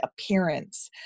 appearance